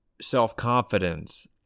self-confidence